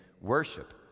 worship